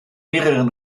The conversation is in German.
mehreren